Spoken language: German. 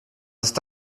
ist